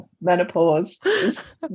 menopause